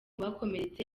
bakomeretse